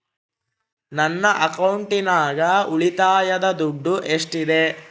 ನನ್ನ ಅಕೌಂಟಿನಾಗ ಉಳಿತಾಯದ ದುಡ್ಡು ಎಷ್ಟಿದೆ?